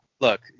look